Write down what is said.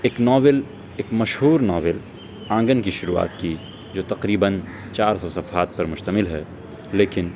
ایک ناول ایک مشہور ناول آنگن کی شروعات کی جو تقریباً چار سو صفحات پر مشتمل ہے لیکن